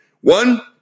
one